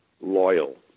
loyal